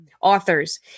authors